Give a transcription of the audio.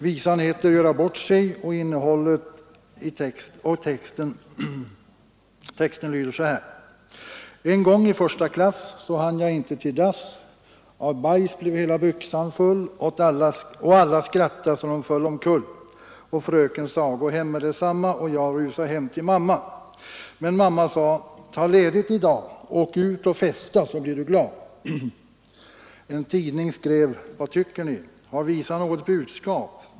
Visan heter Att göra bort sig och texten lyder så här: En gång i första klass Så hann jag inte till dass, av bajs blev hela byxan full. Å alla skratta så dom föll omkull, å fröken sa: ”Gå hem meddetsamma! ” Och jag rusa hem till mamma. Men mamma sa: ”Ta ledigt i da Och åk ut och festa så blir du gla.” En tidning skrev: ”Vad tycker ni? Har visan något budskap?